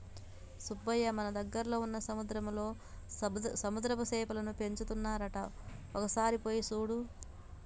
సుబ్బయ్య మన దగ్గరలో వున్న సముద్రంలో సముద్రపు సేపలను పెంచుతున్నారంట ఒక సారి పోయి సూడు